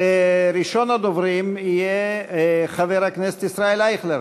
ראשון הדוברים יהיה חבר הכנסת ישראל אייכלר.